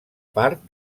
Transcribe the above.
part